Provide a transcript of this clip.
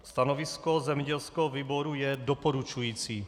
Stanovisko zemědělského výboru je doporučující.